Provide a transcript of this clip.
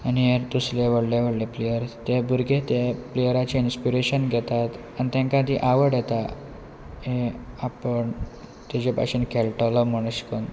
आनी दुसरे व्हडले व्हडले प्लेयर्स ते भुरगे ते प्लेयराचे इन्स्पिरेशन घेतात आनी तांकां ती आवड येता आपण ताजे भाशेन खेळटलो म्हण अशें करून